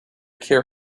care